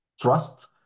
trust